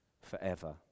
forever